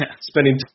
spending